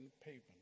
Pavement